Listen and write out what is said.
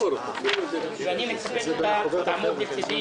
מתכוונים להצביע על כל --- ההודעה התקבלה.